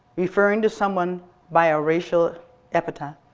referring to someone by a racial epithet,